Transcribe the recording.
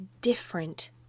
different